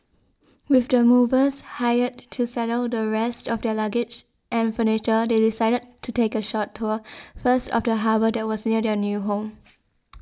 with the movers hired to settle the rest of their luggage and furniture they decided to take a short tour first of the harbour that was near their new home